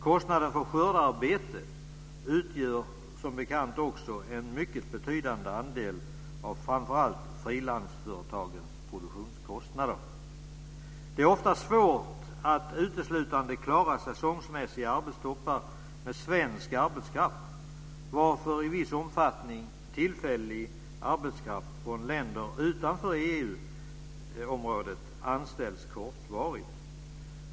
Kostnaden för skördearbete utgör som bekant också en mycket betydande andel av framför allt frilandsföretagens produktionskostnader. Det är ofta svårt att uteslutande klara säsongsmässiga arbetstoppar med svensk arbetskraft, varför i viss omfattning tillfällig arbetskraft från länder utanför EU-området anställs kortvarigt.